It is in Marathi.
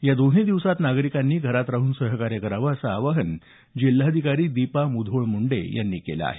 या दोन्ही दिवसांत नागरिकांनी घरात राहून सहकार्य करावं असं आवाहन जिल्हाधिकारी दीपा मुधोळ मुंडे यांनी केलं आहे